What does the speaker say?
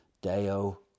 deo